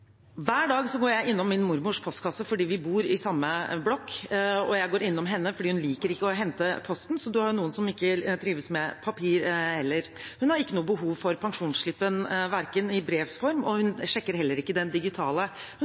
Hver dag går jeg innom min mormors postkasse fordi vi bor i samme blokk, og jeg går innom henne fordi hun ikke liker å hente posten. Så det er jo noen som ikke trives med papir heller. Hun har ikke noe behov for pensjonsslippen i brevs form, og hun sjekker heller ikke den digitale.